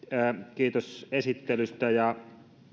kiitos esittelystä ja